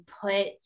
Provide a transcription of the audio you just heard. put